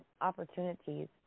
opportunities